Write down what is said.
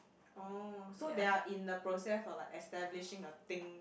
oh so they are in the process of like establishing a thing